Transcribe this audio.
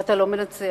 ואתה לא מנצח,